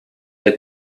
the